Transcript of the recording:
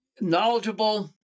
knowledgeable